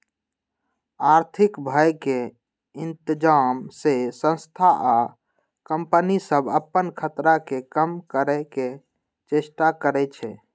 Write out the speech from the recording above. आर्थिक भय के इतजाम से संस्था आ कंपनि सभ अप्पन खतरा के कम करए के चेष्टा करै छै